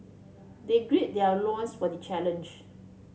they gird their loins for the challenge